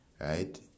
right